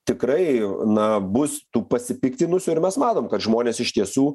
tikrai na bus tų pasipiktinusių ir mes matom kad žmonės iš tiesų